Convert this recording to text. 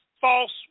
false